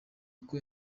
uko